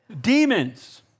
Demons